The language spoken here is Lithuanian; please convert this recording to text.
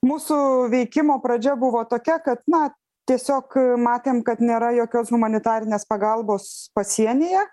mūsų veikimo pradžia buvo tokia kad na tiesiog matėm kad nėra jokios humanitarinės pagalbos pasienyje